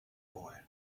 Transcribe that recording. boy